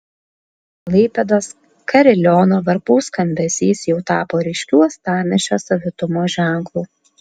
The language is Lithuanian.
klaipėdos kariliono varpų skambesys jau tapo ryškiu uostamiesčio savitumo ženklu